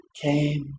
came